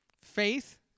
Faith